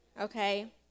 Okay